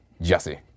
Jesse